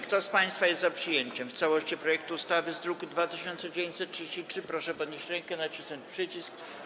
Kto z państwa jest za przyjęciem w całości projektu ustawy z druku nr 2933, proszę podnieść rękę i nacisnąć przycisk.